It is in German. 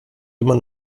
immer